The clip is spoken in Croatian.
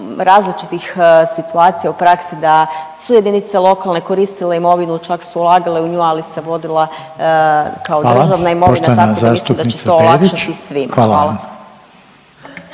različitih situacija u praksi da su jedinice lokalne koristile imovinu, čak su ulagale u nju, ali se vodila kao državna imovina… …/Upadica Reiner: Hvala,